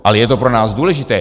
Ale je to pro nás důležité.